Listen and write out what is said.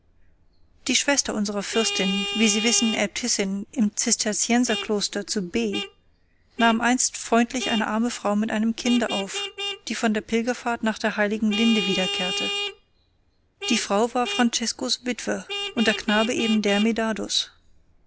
die schwester unserer fürstin wie sie wissen äbtissin im zisterzienserkloster zu b nahm einst freundlich eine arme frau mit einem kinde auf die von der pilgerfahrt nach der heiligen linde wiederkehrte die frau war franceskos witwe und der knabe eben der